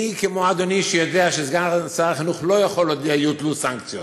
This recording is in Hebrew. מי כמו אדוני יודע שסגן שר החינוך לא יכול להודיע שיוטלו סנקציות.